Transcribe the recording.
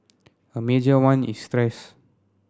a major one is stress